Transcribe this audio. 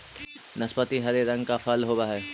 नाशपाती हरे रंग का फल होवअ हई